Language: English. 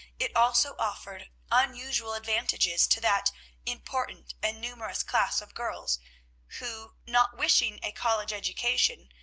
it also offered unusual advantages to that important and numerous class of girls who, not wishing a college education,